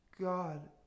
God